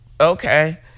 okay